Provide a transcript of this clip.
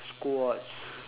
squats